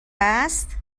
است